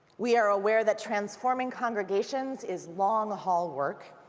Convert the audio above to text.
we are aware that transforming congregations is long haul work.